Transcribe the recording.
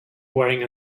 wearing